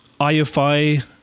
IFI